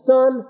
Son